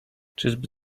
czyżby